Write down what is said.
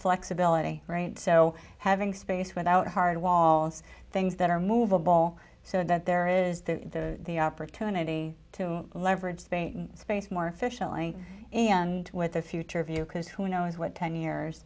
flexibility right so having space without hard walls things that are movable so that there is the opportunity to leverage the space more efficiently and with a future view because who knows what ten years